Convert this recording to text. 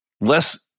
less